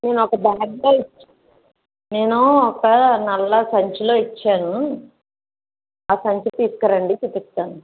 నేను ఒక బాగ్లో ఇచ్ నేను ఒక నల్ల సంచిలో ఇచ్చాను ఆ సంచి తీసుకురండి చూపిస్తాను